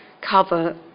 cover